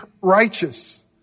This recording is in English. righteous